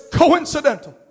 coincidental